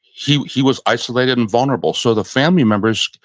he he was isolated and vulnerable so the family members,